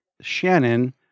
shannon